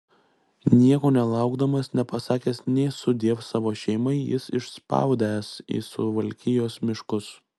nieko nelaukdamas nepasakęs nė sudiev savo šeimai jis išspaudęs į suvalkijos miškus